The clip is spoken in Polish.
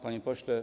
Panie Pośle!